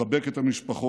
לחבק את המשפחות,